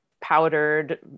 powdered